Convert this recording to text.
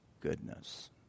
goodness